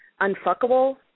unfuckable